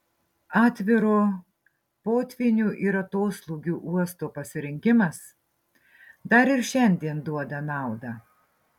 atviro potvynių ir atoslūgių uosto pasirinkimas dar ir šiandien duoda naudą